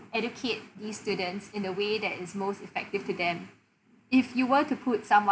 educate these students in a way that is most effective to them if you were to put someone